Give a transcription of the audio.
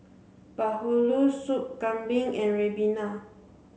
Bahulu Soup Kambing and Ribena